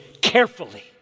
carefully